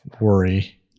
worry